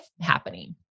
happening